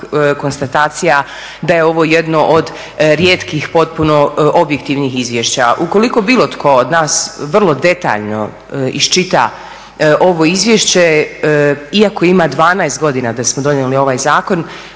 konstatacija da je ovo jedno od rijetkih potpuno objektivnih izvješća. Ukoliko bilo tko od nas vrlo detaljno iščita ovo izvješće iako ima 12 godina da smo donijeli ovaj zakon